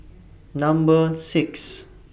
Number six